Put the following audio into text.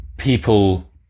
people